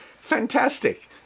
fantastic